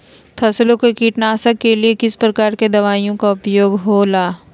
फसलों के कीटनाशक के किस प्रकार के दवाइयों का उपयोग हो ला?